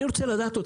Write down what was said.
אני רוצה לדעת.